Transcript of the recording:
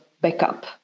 backup